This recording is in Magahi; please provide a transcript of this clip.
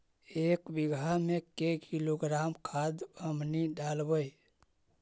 एक बीघा मे के किलोग्राम खाद हमनि डालबाय?